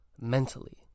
mentally